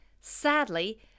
sadly